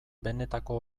benetako